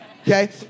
okay